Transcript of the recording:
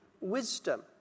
wisdom